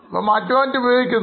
ഇവ മാറ്റി മാറ്റി ഉപയോഗിക്കുന്നു